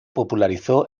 popularizó